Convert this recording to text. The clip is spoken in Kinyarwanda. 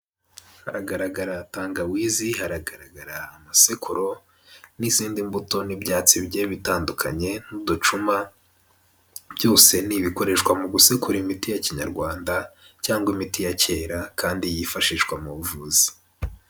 Haragaragara tangawizi , haragaragara amasekuru n'izindi mbuto n'ibyatsi bigiye bitandukanye n'uducuma, byose ni bikoreshwa mu gusekura imiti ya kinyarwanda cyangwa imiti ya kera kandi yifashishwa mu buvuzi.